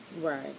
Right